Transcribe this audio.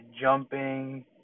jumping